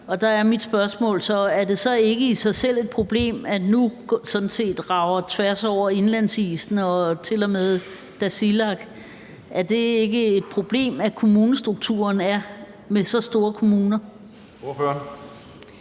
Der er mit spørgsmål: Er det så ikke i sig selv et problem, at Nuuk sådan set rager tværs over indlandsisen til og med Tasiilaq? Er det ikke et problem, at man med kommunestrukturen har så store kommuner?